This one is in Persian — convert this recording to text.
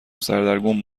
سردرگم